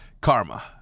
karma